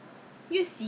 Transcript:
so I wonder is it